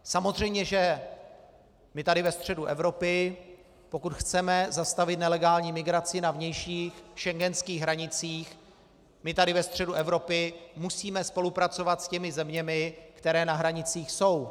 Samozřejmě že my tady ve středu Evropy, pokud chceme zastavit nelegální migraci na vnějších schengenských hranicích, my tady ve středu Evropy musíme spolupracovat s těmi zeměmi, které na hranicích jsou.